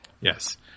Yes